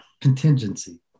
Contingency